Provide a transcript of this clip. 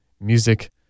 Music